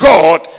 God